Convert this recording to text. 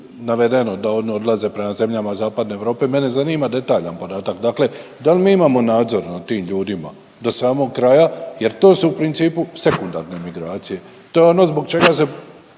navedeno da oni odlaze prema zemljama Zapadne Europe? Mene zanima detaljan podatak. Dakle, da li mi imamo nadzor nad tim ljudima do samog kraja, jer to su u principu sekundarne migracije, to je ono zbog čega